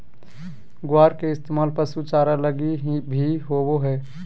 ग्वार के इस्तेमाल पशु चारा लगी भी होवो हय